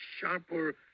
sharper